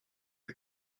the